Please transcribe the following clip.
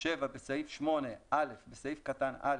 בסעיף 8 - בסעיף קטן (א),